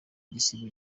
igisibo